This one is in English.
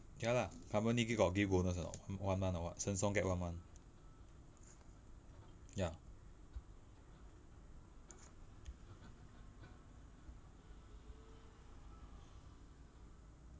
ya lah company give got give bonus or not one month or what sheng siong get one month ya